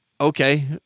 Okay